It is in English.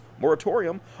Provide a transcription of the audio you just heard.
moratorium